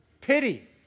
pity